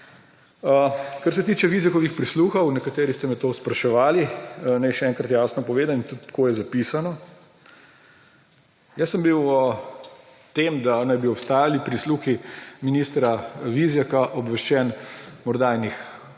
Kar se tiče Vizjakovih prisluhov, nekateri ste me to spraševali. Naj še enkrat jasno povem in tudi tako je zapisano. Jaz sem bil o tem, da naj bi obstajali prisluhi ministra Vizjaka, obveščen morda